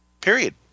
Period